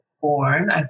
born